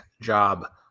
job